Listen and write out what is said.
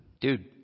Dude